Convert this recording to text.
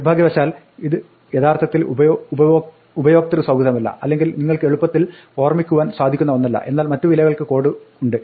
നിർഭാഗ്യവശാൽ ഇത് യഥാർത്ഥത്തിൽ ഉപയോക്തൃ സൌഹൃദമല്ല അല്ലെങ്കിൽ നിങ്ങൾക്ക് എളുപ്പത്തിൽ ഓർമ്മിക്കുവാൻ സാധിക്കുന്ന ഒന്നല്ല എന്നാൽ മറ്റു വിലകൾക്ക് കോഡുകളുണ്ട്